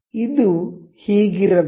ಇದು ಹೀಗಿರಬೇಕು